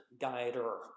guider